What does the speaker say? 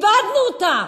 איבדנו אותה.